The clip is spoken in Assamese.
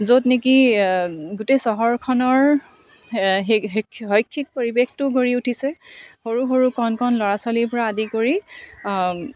য'ত নেকি গোটেই চহৰখনৰ শৈক্ষিক পৰিৱেশটো গঢ়ি উঠিছে সৰু সৰু কণ কণ ল'ৰা ছোৱালীৰ পৰা আদি কৰি